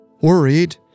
Worried